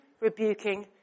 rebuking